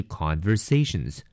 conversations